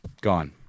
Gone